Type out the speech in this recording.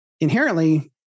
inherently